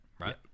right